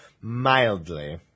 mildly